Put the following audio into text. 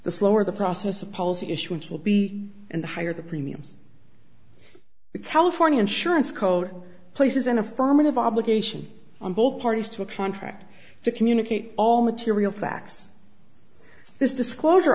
the slower the process a policy issue which will be in the higher the premiums the california insurance code places an affirmative obligation on both parties to a contract to communicate all material facts this disclosure